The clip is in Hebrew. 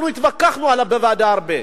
אנחנו התווכחנו עליו בוועדה הרבה.